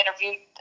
interviewed